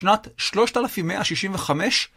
שנת 3165